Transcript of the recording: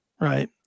Right